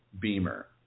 Beamer